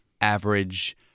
average